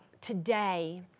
today